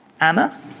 Anna